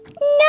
No